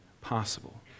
possible